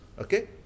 okay